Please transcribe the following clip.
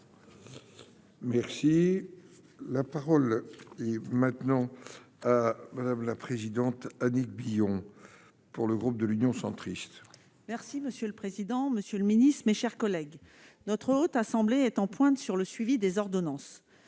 Merci, la parole est maintenant, madame la présidente, Annick Billon pour le groupe de l'Union centriste. Merci monsieur le président, Monsieur le Ministre, mes chers collègues, notre Haute assemblée est en pointe sur le suivi des ordonnances